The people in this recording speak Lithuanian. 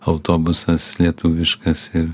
autobusas lietuviškas ir